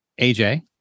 AJ